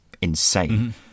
insane